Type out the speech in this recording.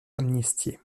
amnistié